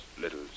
little